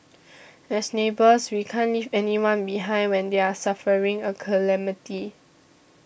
as neighbours we can't leave anybody behind when they're suffering a calamity